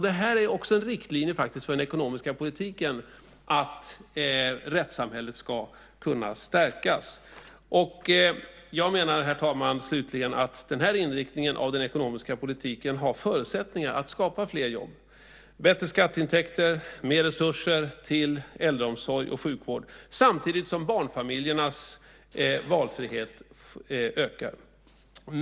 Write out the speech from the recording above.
Det här är också en riktlinje för den ekonomiska politiken, det vill säga att rättssamhället ska stärkas. Herr talman! Jag menar att den här inriktningen av den ekonomiska politiken har förutsättningar att skapa fler jobb, ge bättre skatteintäkter, mer resurser till äldreomsorg och sjukvård samtidigt som barnfamiljernas valfrihet ökar.